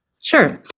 Sure